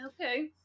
okay